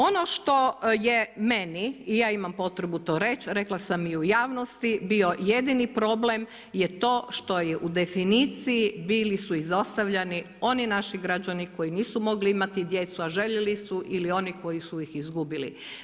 Ono što je meni i ja imam potrebu to reći, rekla sam i u javnosti bio jedini problem je to što je u definiciji bili su izostavljani oni naši građani koji nisu mogli imati djecu a željeli su ili oni koji su ih izgubili.